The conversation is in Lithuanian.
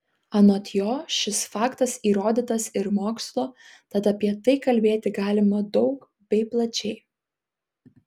anot jo šis faktas įrodytas ir mokslo tad apie tai kalbėti galima daug bei plačiai